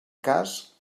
cas